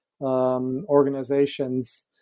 organizations